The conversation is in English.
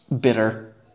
bitter